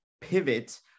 pivot